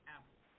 Apple